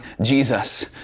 Jesus